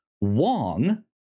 Wong